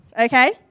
Okay